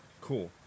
Cool